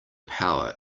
power